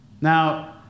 Now